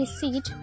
seat